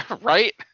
Right